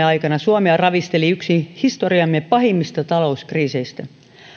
aikana suomea ravisteli yksi historiamme pahimmista talouskriiseistä